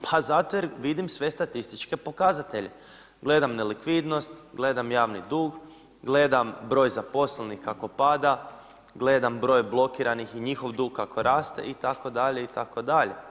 Pa zato jer vidim sve statističke pokazatelje, gledam nelikvidnost, gledam javni dug, gledam broj zaposlenih kako pada, gledam broj blokiranih i njihov dug kako raste itd. itd.